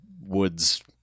woods